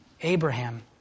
Abraham